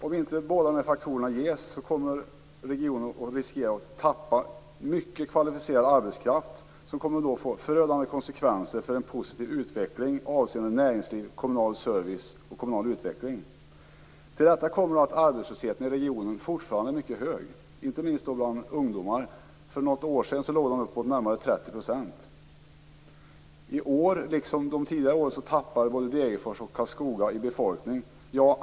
Om inte båda dessa faktorer ges kommer regionen att riskera att tappa mycket kvalificerad arbetskraft, vilket kommer att få förödande konsekvenser för näringsliv och kommunal service och hindra en positiv kommunal utveckling. Till detta kommer att arbetslösheten i regionen fortfarande är mycket hög, inte minst bland ungdomar. För något år sedan låg den på närmare 30 %. I år liksom under tidigare år tappar både Degerfors och Karlskoga befolkning.